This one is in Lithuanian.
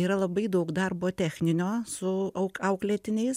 yra labai daug darbo techninio su au auklėtiniais